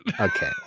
Okay